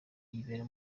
yibera